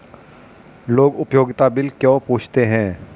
लोग उपयोगिता बिल क्यों पूछते हैं?